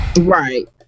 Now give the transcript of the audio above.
Right